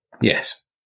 Yes